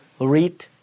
read